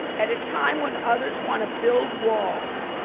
at a time when others want to build walls,